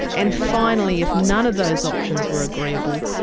and finally if none of those options were agreeable,